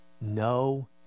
no